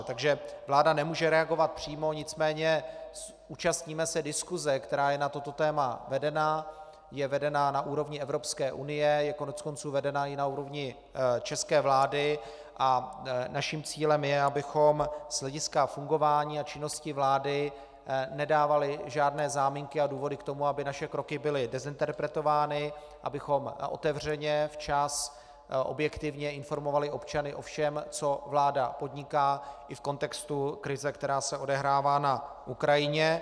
Takže vláda nemůže reagovat přímo, nicméně účastníme se diskuse, která je na toto téma vedena, je vedena na úrovni Evropské unie, je koneckonců vedena i na úrovni české vlády, a naším cílem je, abychom z hlediska fungování a činnosti vlády nedávali žádné záminky a důvody k tomu, aby naše kroky byly dezinterpretovány, abychom otevřeně, včas, objektivně informovali občany o všem, co vláda podniká i v kontextu krize, která se odehrává na Ukrajině.